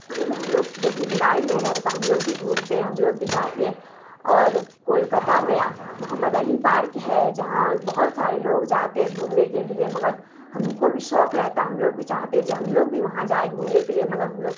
ہم لوگ پہ ذمہ داری نہیں رہتا تو ہم لوگ بھی گھومتے ہم لوگ بھی جاتے اور کولکاتہ میں محمد علی پارک ہے جہاں بہت سارے لوگ جاتے گھومنے کے لیے مگر ہم کو بھی شوق رہتا ہم لوگ بھی چاہتے ہم لوگ بھی وہاں جائے گھومنے کے لیے مگر ہم لوگ